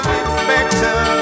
inspector